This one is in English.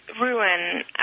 ruin